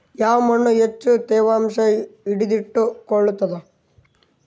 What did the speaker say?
ಯಾವ್ ಮಣ್ ಹೆಚ್ಚು ತೇವಾಂಶ ಹಿಡಿದಿಟ್ಟುಕೊಳ್ಳುತ್ತದ?